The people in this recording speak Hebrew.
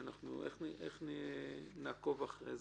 הוא לקח והעביר למישהו אחר?